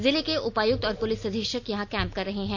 जिले के उपायुक्त और पुलिस अधीक्षक यहां कैंप कर रहे हैं